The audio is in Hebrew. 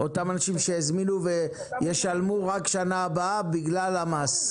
אותם אנשים שהזמינו וישלמו רק שנה הבאה בגלל המס,